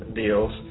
deals